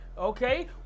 okay